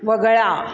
वगळा